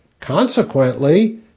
Consequently